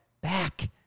back